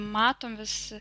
matom vis